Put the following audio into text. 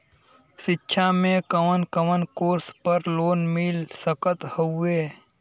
शिक्षा मे कवन कवन कोर्स पर लोन मिल सकत हउवे?